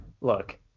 Look